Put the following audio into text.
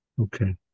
Okay